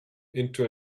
into